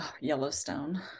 Yellowstone